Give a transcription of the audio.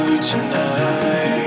tonight